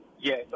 Yes